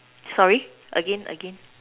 sorry again again